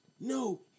No